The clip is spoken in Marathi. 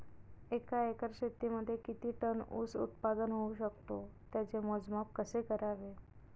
एका एकर शेतीमध्ये किती टन ऊस उत्पादन होऊ शकतो? त्याचे मोजमाप कसे करावे?